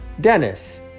Dennis